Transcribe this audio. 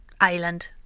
island